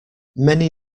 many